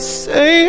say